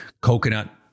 coconut